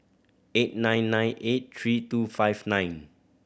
eight nine nine eight three two five nine